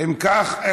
אם כך,